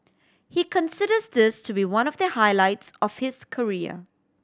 he considers this to be one of the highlights of his career